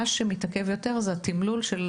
מה שמתעכב יותר זה התמלול של